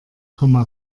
komma